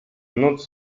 noc